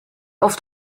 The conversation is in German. oft